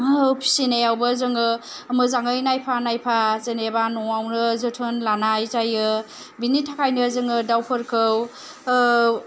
फिसिनायावबो जोङो मोजाङै नायफा नायफा जेनेबा न'आवनो जोथोन लानाय जायो बिनि थाखायनो जोङो दाउफोरखौ